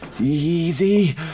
Easy